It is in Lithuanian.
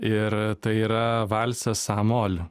ir tai yra valsas a moll